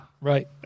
Right